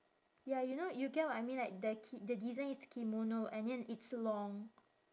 ya you know you get what I mean the ki~ the design is kimono and then it's long